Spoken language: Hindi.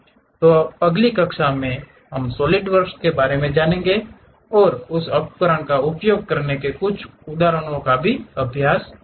तो अगली कक्षा में हम सॉलिड वर्क्स के बारे में जानेंगे और उस उपकरण का उपयोग करने के कुछ उदाहरणों का अभ्यास करेंगे